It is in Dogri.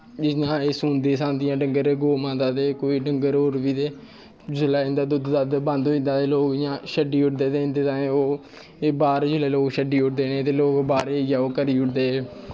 जियां एह् सूंदियां सांदियां गौ माता ते डंगर होर बी ते जिसलै इं'दा दुद्ध दद्ध बंद होई जंदा ते लोक इ'यां छड्डी ओड़दे ते लोग बाह्र जिसलै छड्डी ओड़दे इ'नें ई ते इ'यां करदे